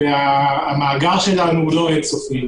והמאגר שלנו אינו אין-סופי.